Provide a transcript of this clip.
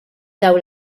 dawn